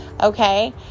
Okay